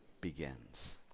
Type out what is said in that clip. begins